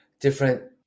different